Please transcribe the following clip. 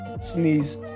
sneeze